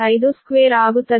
u ಸರಿಯಾಗಿ ಆಗುತ್ತದೆ